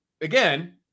again